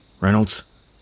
Reynolds